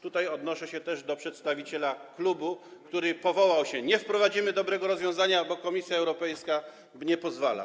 Tutaj odnoszę się też do przedstawiciela klubu, który powołał się: nie wprowadzimy dobrego rozwiązania, bo Komisja Europejska nie pozwala.